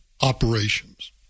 operations